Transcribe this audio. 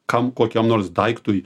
kam kokiam nors daiktui